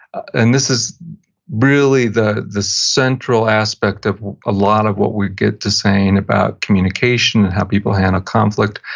and this is really the the central aspect of a lot of what we get to saying about communication, and how people handle conflict,